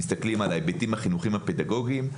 על ההיבטים החינוכיים הפדגוגים.